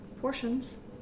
Portions